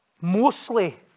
mostly